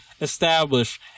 establish